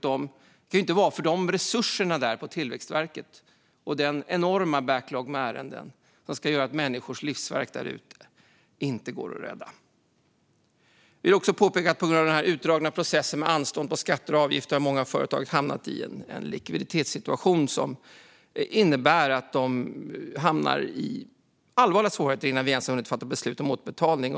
Det kan ju inte vara resurserna på Tillväxtverket och den enorma backloggen med ärenden som ska göra att människors livsverk där ute inte går att rädda. Jag vill också påpeka att på grund av den utdragna processen med anstånd med skatter och avgifter, så har många företag hamnat i en likviditetssituation som innebär att de hamnar i allvarliga svårigheter innan vi ens har hunnit fatta beslut om återbetalning.